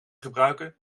gebruiken